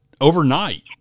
Overnight